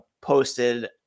posted